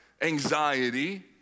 anxiety